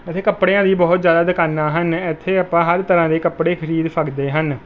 ਇੱਥੇ ਕੱਪੜਿਆਂ ਦੀ ਬਹੁਤ ਜ਼ਿਆਦਾ ਦੁਕਾਨਾਂ ਹਨ ਇੱਥੇ ਆਪਾਂ ਹਰ ਤਰ੍ਹਾਂ ਦੇ ਕੱਪੜੇ ਖਰੀਦ ਸਕਦੇ ਹਨ